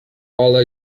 all